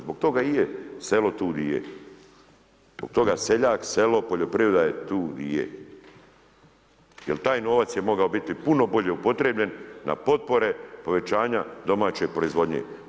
Zbog toga i je selo tu di je, zbog toga selo, seljak, poljoprivreda je tu di je jel taj novac je mogao biti puno bolje upotrjebljen na potpore, povećanja domaće proizvodnje.